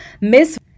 Miss